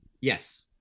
Yes